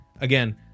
again